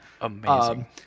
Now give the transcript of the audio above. Amazing